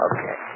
Okay